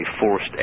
forced